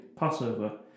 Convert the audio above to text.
Passover